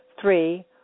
Three